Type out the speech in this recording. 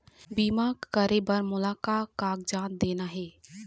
बीमा करे बर मोला का कागजात देना हे?